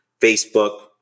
Facebook